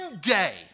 day